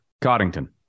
Coddington